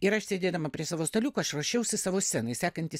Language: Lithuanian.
ir aš sėdėdama prie savo staliuko aš ruošiausi savo scenai sekanti